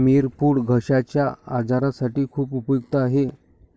मिरपूड घश्याच्या आजारासाठी खूप उपयुक्त आहे